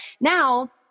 now